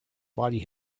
body